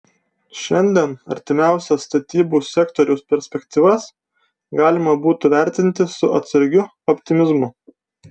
šiandien artimiausias statybų sektoriaus perspektyvas galima būtų vertinti su atsargiu optimizmu